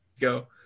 go